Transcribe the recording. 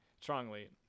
strongly